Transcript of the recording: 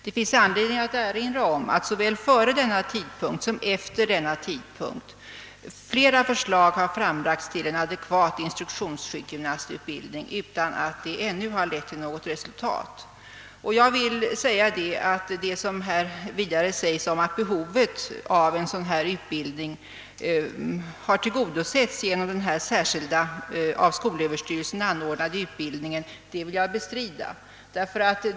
Det finns anledning att erinra om att såväl före som efter denna tidpunkt flera förslag har framlagts till en adekvat instruktionssjukgymnastutbildning utan att detta ännu har lett till något resultat. Det som vidare sägs om att behovet av en sådan utbildning har tillgodosetts genom denna särskilda, av skolöverstyrelsen anordnade utbildning vill jag bestrida.